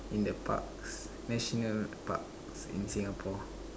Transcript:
in the parks national parks in Singapore